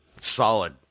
Solid